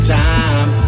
time